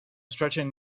stretching